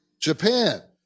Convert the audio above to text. Japan